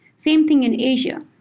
same thing in asia.